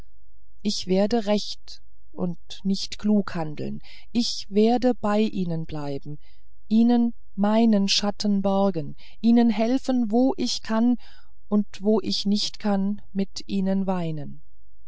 ich werde recht und nicht klug handeln ich werde bei ihnen bleiben ihnen meinen schatten borgen ihnen helfen wo ich kann und wo ich nicht kann mit ihnen weinen